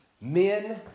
men